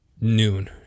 noon